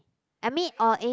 I mean orh eh